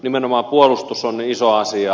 nimenomaan puolustus on iso asia